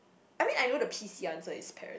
I mean I know the p_c answer is parent